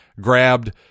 grabbed